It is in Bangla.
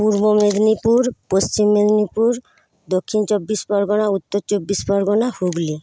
পূর্ব মেদিনীপুর পশ্চিম মেদিনীপুর দক্ষিণ চব্বিশ পরগনা উত্তর চব্বিশ পরগনা হুগলি